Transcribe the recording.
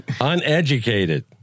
Uneducated